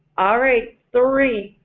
all right, three,